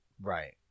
Right